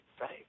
right